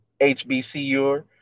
HBCU